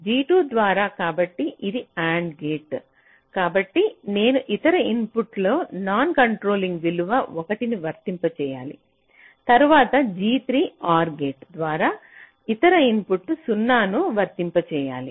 G2 ద్వారా కాబట్టి ఇది AND గేట్ కాబట్టి నేను ఇతర ఇన్పుట్లో నాన్ కంట్రోలింగ్ విలువ 1 ను వర్తింపజేయాలి తరువాత G3 OR గేట్ ద్వారా ఇతర ఇన్పుట్లో 0 ను వర్తింపజేయాలి